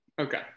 Okay